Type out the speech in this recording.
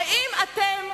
האם אתם,